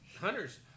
Hunter's